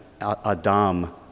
Adam